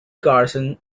carson